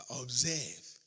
Observe